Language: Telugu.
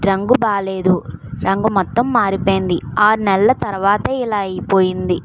రంగు బాలేదు రంగు మొత్తం మారిపోయింది ఆరు నెలల తర్వాత ఇలా అయిపోయింది